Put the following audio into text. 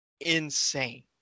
insane